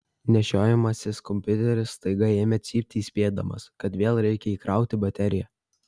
nešiojamasis kompiuteris staiga ėmė cypti įspėdamas kad vėl reikia įkrauti bateriją